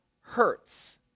hurts